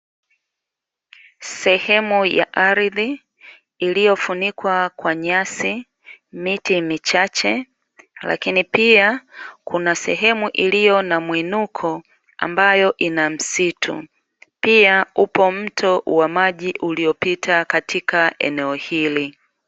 Sehemu ya ardhi iliyofunikwa kwa nyasi, miti michache, lakini pia kuna sehemu iliyo na muinuko ambayo ina msitu. Pia upo mto wa maji uliopita katika eneo hili.